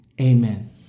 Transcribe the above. amen